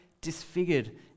disfigured